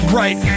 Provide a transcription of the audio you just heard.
right